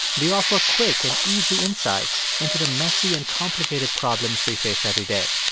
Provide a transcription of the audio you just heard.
they offer quick and easy insights into the messy and complicated problems we face every day.